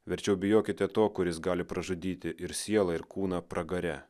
verčiau bijokite to kuris gali pražudyti ir sielą ir kūną pragare